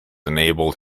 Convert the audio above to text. enabled